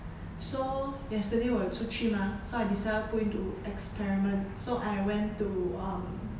so yesterday 我有出去 mah so I decided put into experiment so I went to um